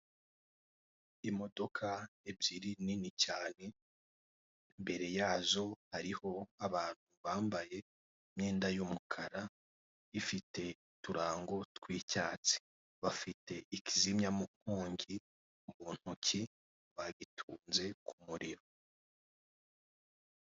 Imodoka ebyiri nini cyane, imbere yazo hariho abantu bambaye imyenda y'umukara ifite uturango tw'icyatsi. Bafite ikizimyankongi mu ntoki, bagitunze ku muriro.